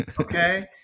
Okay